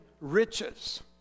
riches